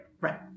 right